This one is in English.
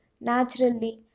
naturally